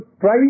try